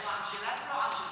לא מהעם שלנו ולא מהעם שלך.